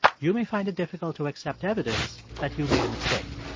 you may find it difficult to accept evidence that you made a mistake.